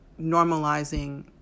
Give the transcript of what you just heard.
normalizing